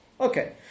Okay